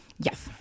yes